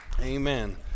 Amen